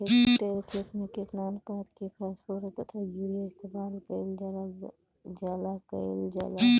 एक हेक्टयर खेत में केतना अनुपात में फासफोरस तथा यूरीया इस्तेमाल कईल जाला कईल जाला?